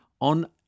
on